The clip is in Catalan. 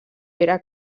pere